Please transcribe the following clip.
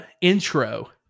intro